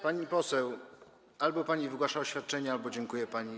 Pani poseł, albo pani wygłasza oświadczenie, albo dziękuję pani.